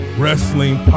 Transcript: wrestling